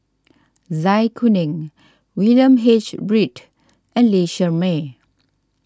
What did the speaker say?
Zai Kuning William H Read and Lee Shermay